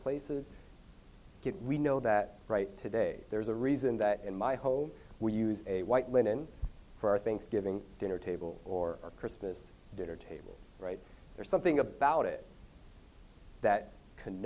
places we know that right today there's a reason that in my home we use a white linen for thanksgiving dinner table or a christmas dinner table right or something about it that c